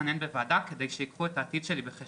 אותה ולהכניס אותה לפעילות מבצעית כדי לשפר את האכיפה במובן